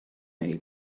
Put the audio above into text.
mail